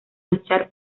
luchar